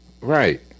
Right